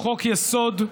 חוק-יסוד,